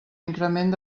increment